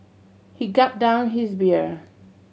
he gulped down his beer